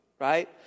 right